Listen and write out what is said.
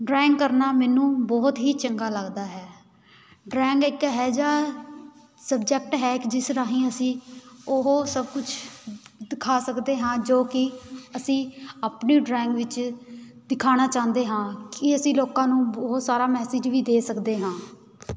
drawing ਕਰਨਾ ਮੈਨੂੰ ਬਹੁਤ ਹੀ ਚੰਗਾ ਲੱਗਦਾ ਹੈ ਡਰੈਂਗ ਇੱਕ ਇਹੋ ਜਿਹਾ ਸਬਜੈਕਟ ਹੈ ਕਿ ਜਿਸ ਰਾਹੀਂ ਅਸੀਂ ਉਹ ਸਭ ਕੁਛ ਦਿਖਾ ਸਕਦੇ ਹਾਂ ਜੋ ਕਿ ਅਸੀਂ ਆਪਣੀ ਡਰੈਂਗ ਵਿੱਚ ਦਿਖਾਉਣਾ ਚਾਹੁੰਦੇ ਹਾਂ ਕਿ ਅਸੀਂ ਲੋਕਾਂ ਨੂੰ ਬਹੁਤ ਸਾਰਾ ਮੈਸਿਜ ਵੀ ਦੇ ਸਕਦੇ ਹਾਂ